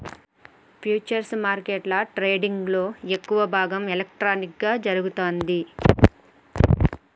futures మార్కెట్ల ట్రేడింగ్లో ఎక్కువ భాగం ఎలక్ట్రానిక్గా జరుగుతాంది